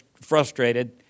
frustrated